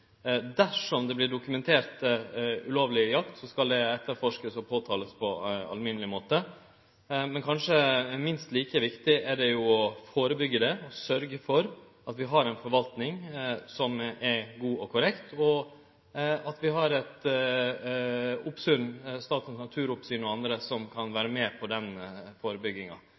Dersom det vert dokumentert ulovleg jakt, skal ein etterforske og påtale det på alminneleg måte. Men kanskje minst like viktig er det å førebyggje, å sørgje for at vi har ei forvaltning som er god og korrekt, og at vi har eit oppsyn, Statens naturoppsyn og andre, som kan vere med på den førebygginga.